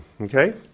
okay